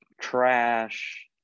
trash